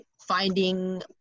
finding